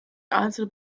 einzelne